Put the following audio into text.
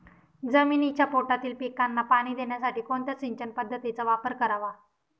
जमिनीच्या पोटातील पिकांना पाणी देण्यासाठी कोणत्या सिंचन पद्धतीचा वापर करावा?